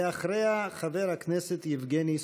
ואחריה, חבר הכנסת יבגני סובה.